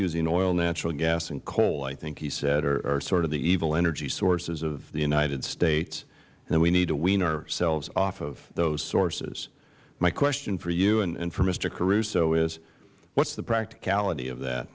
using oil natural gas and coal i think he said or sort of the evil energy sources of the united states and that we need to wean ourselves off of those sources my question for you and for mister caruso is what is the practicality of that